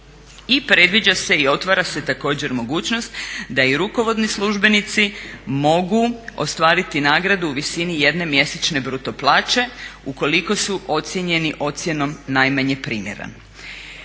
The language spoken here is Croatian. predviđa se i otvara se također mogućnost da i rukovodni službenici mogu ostvariti nagradu u visini jedne mjesečne bruto plaće ukoliko su ocjenjeni ocjenom najmanje primjeren.